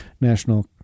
National